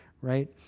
right